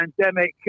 pandemic